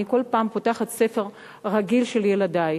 אני כל פעם פותחת ספר רגיל של ילדי,